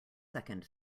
second